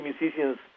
musicians